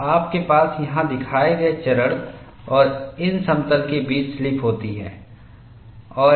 तो आपके पास यहां दिखाए गए चरण हैं और इन समतल के बीच स्लिप होती है